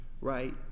right